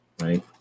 right